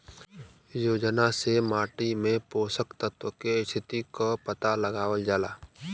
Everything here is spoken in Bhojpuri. योजना से माटी में पोषक तत्व के स्थिति क पता लगावल जाला